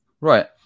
Right